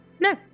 no